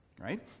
Right